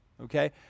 okay